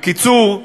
בקיצור,